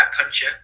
puncher